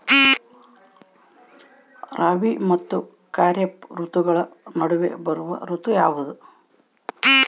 ರಾಬಿ ಮತ್ತು ಖಾರೇಫ್ ಋತುಗಳ ನಡುವೆ ಬರುವ ಋತು ಯಾವುದು?